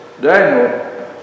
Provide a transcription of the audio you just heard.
Daniel